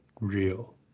real